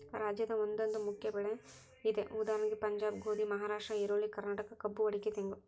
ರಾಜ್ಯದ ಒಂದೊಂದು ಮುಖ್ಯ ಬೆಳೆ ಇದೆ ಉದಾ ಪಂಜಾಬ್ ಗೋಧಿ, ಮಹಾರಾಷ್ಟ್ರ ಈರುಳ್ಳಿ, ಕರ್ನಾಟಕ ಕಬ್ಬು ಅಡಿಕೆ ತೆಂಗು